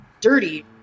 dirty